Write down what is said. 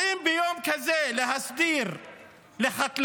באים ביום כזה להסדיר לחקלאים,